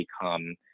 become